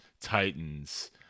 Titans